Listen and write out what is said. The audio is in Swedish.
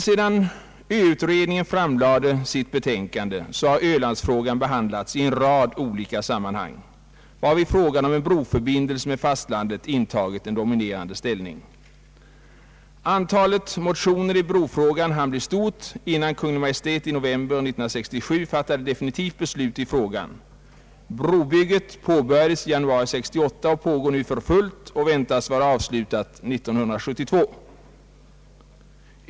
Sedan ö-utredningen framlade sitt betänkande har Ölandsfrågan behandlats i en rad olika sammanhang varvid frågan om en broförbindelse med fastlandet intagit en dominerande ställning. Antalet motioner i brofrågan hann bli stort innan Kungl. Maj:t i november 1967 fattade definitivt beslut i frågan. Brobygget påbörjades i januari 1968, pågår nu för fullt och väntas vara avslutat 1972.